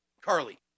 Carly